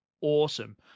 awesome